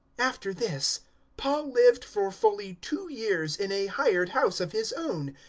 after this paul lived for fully two years in a hired house of his own,